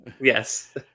Yes